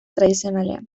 tradizionalean